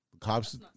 Cops